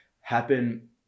happen